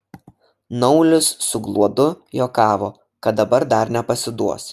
naulis su gluodu juokavo kad dabar dar nepasiduos